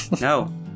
No